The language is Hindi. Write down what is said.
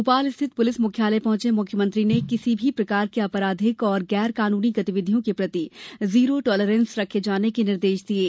भोपाल स्थित पुलिस मुख्यालय पहुंचें मुख्यमंत्री ने किसी भी प्रकार की आपराधिक और गैर कानूनी गतिविधियों के प्रति जीरो टालरेंस रखें जाने के निर्देश दिये